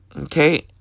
Okay